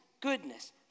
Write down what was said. goodness